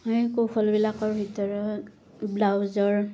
হয় এই কৌশলবিলাকৰ ভিতৰত ব্লাউজৰ